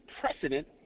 precedent